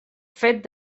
fet